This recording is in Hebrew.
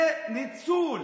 זה ניצול.